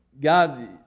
God